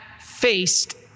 faced